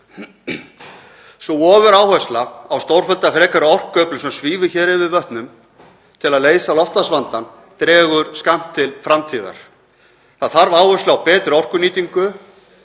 Sú ofuráhersla á stórfellda frekari orkuöflun sem svífur hér yfir vötnum til að leysa loftslagsvandann dregur skammt til framtíðar. Það þarf áherslu á betri orkunýtingu,